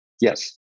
Yes